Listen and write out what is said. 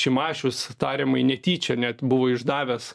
šimašius tariamai netyčia net buvo išdavęs